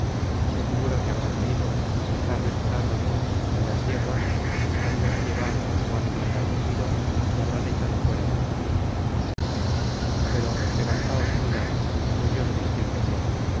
me figuro que habrá caído el carro estará roto y las yeguas dejándose llevar por su ánimo enardecido se habrán echado fuera del camino pero levantaos y mirad pues yo no lo distingo bien